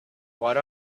what